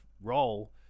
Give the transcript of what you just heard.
role